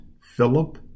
Philip